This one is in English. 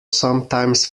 sometimes